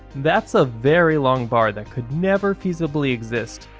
that's a very long bar that could never feasibly exist.